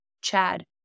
Chad